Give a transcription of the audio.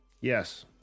Yes